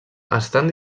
estan